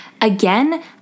again